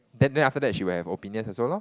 then then after that she will have opinions also lor